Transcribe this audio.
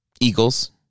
Eagles